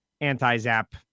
anti-zap